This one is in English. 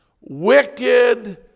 wicked